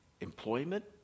Employment